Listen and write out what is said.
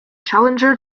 challenger